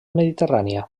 mediterrània